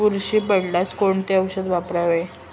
बुरशी पडल्यास कोणते औषध वापरावे?